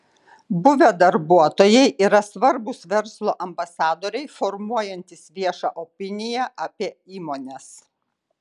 buvę darbuotojai yra svarbūs verslo ambasadoriai formuojantys viešą opiniją apie įmones